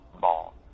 ball